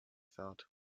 thought